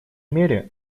мере